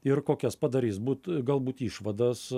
ir kokias padarys būt galbūt išvadas